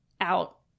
out